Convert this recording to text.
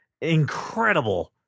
incredible